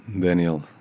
Daniel